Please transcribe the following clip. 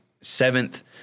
seventh